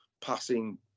passing